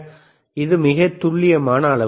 21 என்பது மிக துல்லியமான அளவு